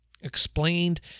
explained